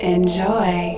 Enjoy